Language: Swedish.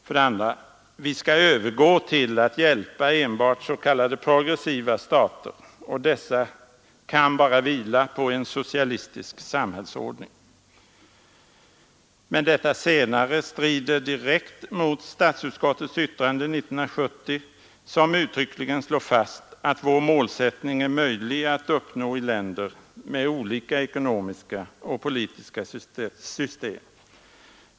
För det andra: Vi skall övergå till att hjälpa enbart s.k. progressiva stater, och dessa kan bara vila på en socialistisk samhällsordning. Men detta senare strider direkt mot statsutskottets yttrande 1970, som uttryckligen slår fast att vår målsättning är möjlig att uppnå i länder med olika ekonomiskt och politiskt system.